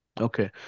Okay